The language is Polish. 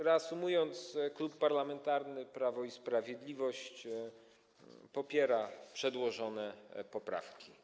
Reasumując, Klub Parlamentarny Prawo i Sprawiedliwość popiera przedłożone poprawki.